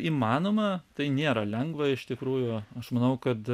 įmanoma tai nėra lengva iš tikrųjų aš manau kad